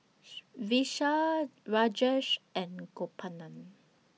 Vishal Rajesh and Gopinath